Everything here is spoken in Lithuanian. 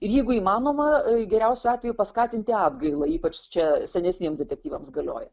ir jeigu įmanoma geriausiu atveju paskatinti atgailą ypač čia senesniems detektyvams galioja